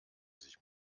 sich